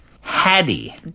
Hattie